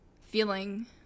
feeling